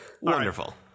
Wonderful